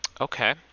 okay